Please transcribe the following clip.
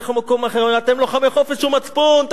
הולך למקום אחר: אתם לוחמי חופש ומצפון,